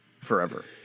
Forever